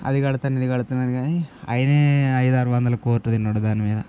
అది కడతాను ఇది కడతాను అని కాని ఆయనే ఐదారు వందల కోట్లు తిన్నాడు దాని మీద